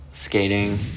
skating